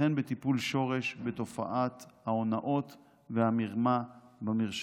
וכן בטיפול שורש בתופעת ההונאות והמרמה במרשתת.